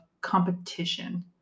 competition